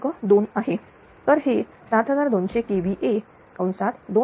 2 आहे तर हे 7200kVA 200031